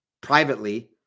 privately